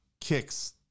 kicks